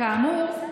אתם יכולים לא להסכים.